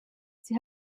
sie